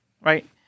right